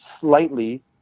slightly